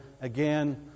again